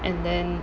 and then